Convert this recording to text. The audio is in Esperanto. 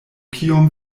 kiom